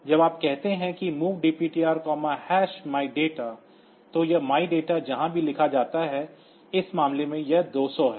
जब आप कहते हैं कि MOV DPTRMyData तो यह MyData जहाँ भी लिखा जाता है इस मामले में यह 200 है